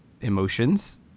emotions